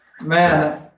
Man